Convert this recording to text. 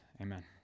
Amen